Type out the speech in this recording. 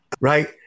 right